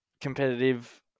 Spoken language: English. competitive